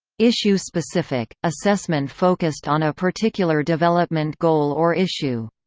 issue-specific assessment focused on a particular development goal or issue.